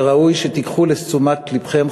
שראוי שתיקחו לתשומת לבכם,